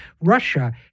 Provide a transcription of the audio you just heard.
Russia